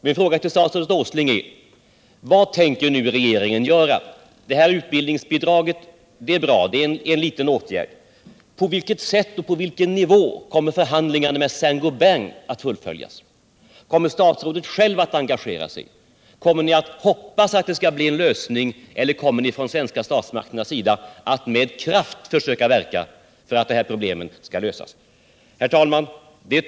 Min fråga till statsrådet Åsling är: Vad tänker regeringen göra? Utbildningsbidraget är bra, men det är en liten åtgärd. På vilket sätt och på vilken nivå kommer förhandlingarna med Saint Gobain att fullföljas? Kommer statsrådet själv att engagera sig? Nöjer ni er med att hoppas att det skall bli en lösning, eller kommer ni från de svenska statsmakternas sida att med kraft försöka verka för att problemet skall lösas?